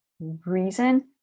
reason